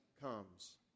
comes